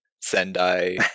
Sendai